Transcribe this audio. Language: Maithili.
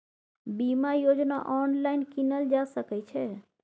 बीमा योजना ऑनलाइन कीनल जा सकै छै?